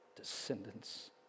Descendants